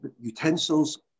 utensils